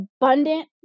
abundant